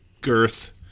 girth